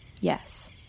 Yes